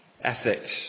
ethics